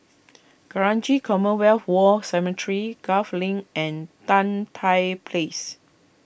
Kranji Commonwealth War Cemetery Gul Link and Tan Tye Place